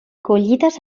collites